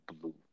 blue